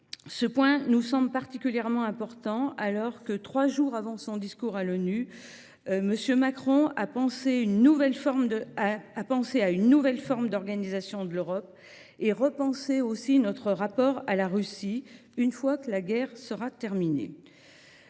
Ce point est particulièrement important, alors que, trois jours avant son discours à l’ONU, M. Macron appelait à « penser une nouvelle forme d’organisation de l’Europe et repenser notre rapport à la Russie » une fois la guerre terminée.